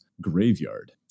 graveyard